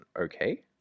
okay